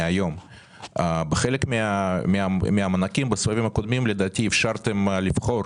חלק מהמענקים בסבבים הקודמים, לדעתי אפשרתם לבחור